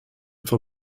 for